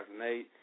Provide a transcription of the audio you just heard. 2008